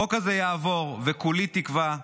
החוק הזה יעבור, וכולי תקווה שימומש.